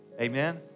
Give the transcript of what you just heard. Amen